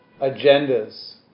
agendas